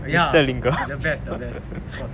ya the best the best of course